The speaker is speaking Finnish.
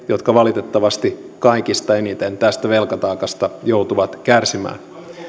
jotka valitettavasti kaikista eniten tästä velkataakasta joutuvat kärsimään